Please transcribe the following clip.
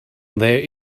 there